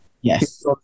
Yes